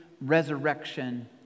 resurrection